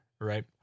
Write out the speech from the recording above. right